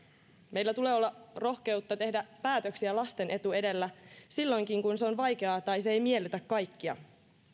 meillä tulee olla rohkeutta tehdä päätöksiä lasten etu edellä silloinkin kun se on vaikeaa tai se ei miellytä kaikkia